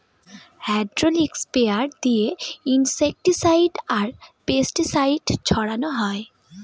hydraulic sprayer দিয়ে insecticide আর pesticide ছড়ানো হয়